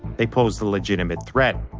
they posed a legitimate threat,